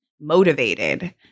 motivated